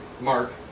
Mark